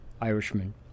Irishman